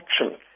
action